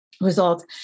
results